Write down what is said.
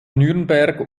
nürnberg